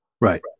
right